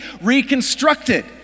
reconstructed